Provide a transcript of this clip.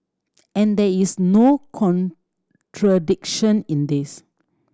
and there is no contradiction in this